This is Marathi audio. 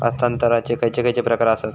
हस्तांतराचे खयचे खयचे प्रकार आसत?